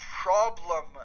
problem